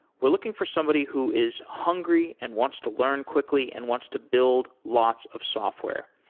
we're looking for somebody who is hungry and wants to learn quickly and wants to build lots of software.